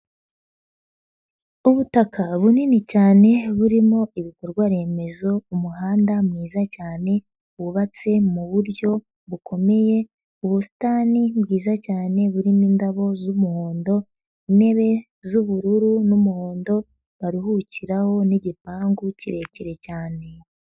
Ubutaka bunini cyane burimo ibikorwa remezo, umuhanda mwiza cyane wubatse muburyo bukomeye, ubusitani bwiza cyane burimo indabo z'umuhondo, intebe z'ubururu n'umuhondo baruhukiraho n'igipangu kirekire cyane.